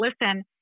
listen